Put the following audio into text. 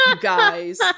guys